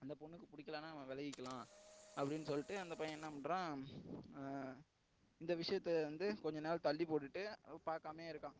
அந்த பொண்ணுக்கு பிடிக்கலன்னா நம்ம விலகிக்கலாம் அப்படின்னு சொல்லிட்டு அந்த பையன் என்ன பண்ணுறான் இந்த விஷயத்த வந்து கொஞ்ச நாள் தள்ளிப்போட்டுவிட்டு பார்க்காமயே இருக்கான்